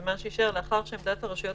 ומה שיישאר: "לאחר שעמדת הרשויות